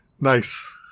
Nice